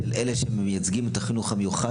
של אלה שמייצגים את החינוך המיוחד,